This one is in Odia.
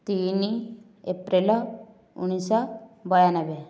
ତିନି ଏପ୍ରିଲ୍ ଉଣେଇଶ ଶହ ବୟାନବେ